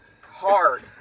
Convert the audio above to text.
Hard